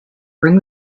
ring